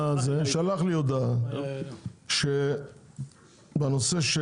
שלח לי הודעה בנושא,